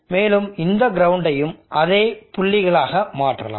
மேலும் இந்த கிரவுண்டயும் அதே புள்ளிகளாக மாற்றலாம்